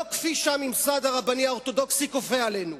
לא כפי שהממסד הרבני האורתודוכסי כופה עלינו.